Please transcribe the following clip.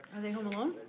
are they home alone?